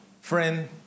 friend